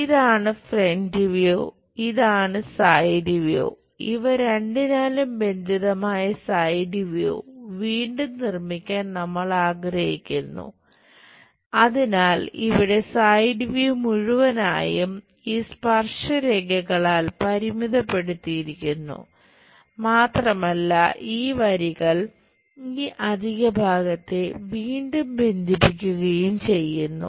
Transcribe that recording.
ഇതാണ് front view മുഴുവനായും ഈ സ്പർശ രേഖകളാൽ പരിമിതപ്പെടുത്തിയിരിക്കുന്നു മാത്രമല്ല ഈ വരികൾ ഈ അധിക ഭാഗത്തെ വീണ്ടും ബന്ധിപ്പിക്കുകയും ചെയ്യുന്നു